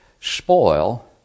spoil